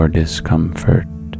discomfort